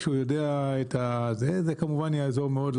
וזה יעזור מאוד,